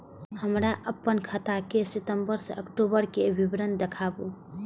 हमरा अपन खाता के सितम्बर से अक्टूबर के विवरण देखबु?